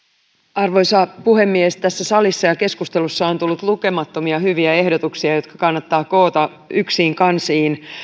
arvoisa puhemies tässä salissa ja keskustelussa on tullut lukemattomia hyviä ehdotuksia jotka kannattaa koota yksiin kansiin